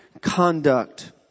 conduct